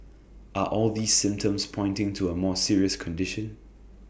are all these symptoms pointing to A more serious condition